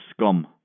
scum